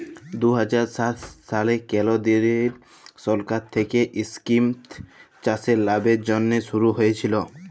দু হাজার সাত সালে কেলদিরিয় সরকার থ্যাইকে ইস্কিমট চাষের লাভের জ্যনহে শুরু হইয়েছিল